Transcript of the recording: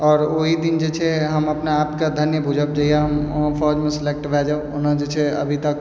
आओर ओहि दिन जे छै हम अपना आपके धन्य बुझब जहिआ हम फौजमे सेलेक्ट भऽ जाएब ओना जे छै अभी तक